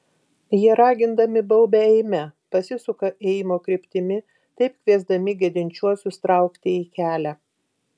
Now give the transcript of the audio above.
jie ragindami baubia eime pasisuka ėjimo kryptimi taip kviesdami gedinčiuosius traukti į kelią